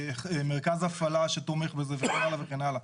מרכז הפעלה שתומך בזה וכן הלאה וכן הלאה.